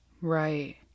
Right